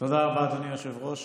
תודה רבה, אדוני היושב-ראש.